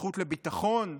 הזכות לביטחון.